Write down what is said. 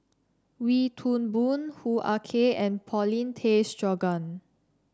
Wee Toon Boon Hoo Ah Kay and Paulin Tay Straughan